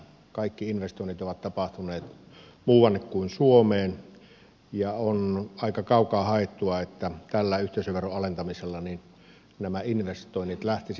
kaikki investoinnit ovat tapahtuneet muuanne kuin suomeen ja on aika kaukaa haettua että tällä yhteisöveron alentamisella nämä investoinnit lähtisivät käyntiin